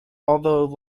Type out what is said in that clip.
although